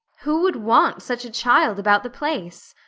who would want such a child about the place?